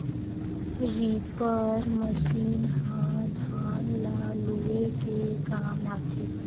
reaper machine ह धान ल लूए के काम आथे